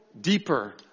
deeper